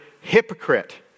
hypocrite